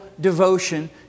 devotion